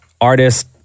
artist